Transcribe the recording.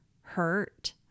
hurt